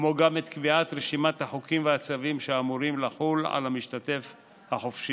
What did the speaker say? כמו גם את קביעת רשימת החוקים והצווים האמורים לחול על המשתתף החופשי.